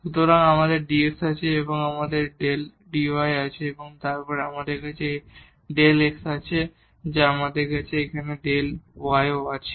সুতরাং আমাদের dx আছে এবং আমাদের ডেল dy আছে এবং তারপর আমাদের আবার এই Δ x আছে এবং তারপর আমাদের এখানে Δ y ও আছে